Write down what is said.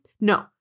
No